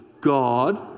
God